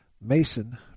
Mason